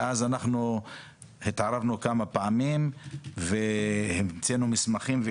התערבנו כמה פעמים, והמצאנו מסמכים.